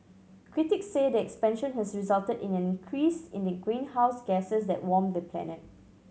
critics say the expansion has resulted in an increase in the greenhouse gases that warm the planet